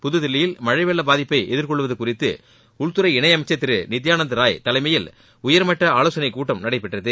புதுதில்லியில் மழை வெள்ள பாதிப்பை எதிர்கொள்வது சூறித்து உள்துறை இணையமைச்சர் திரு நித்தியானந்த ராய் தலைமையில் உயர்மட்ட ஆலோசனைக் கூட்டம் நடைபெற்றது